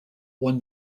won